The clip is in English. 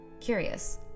Curious